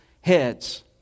heads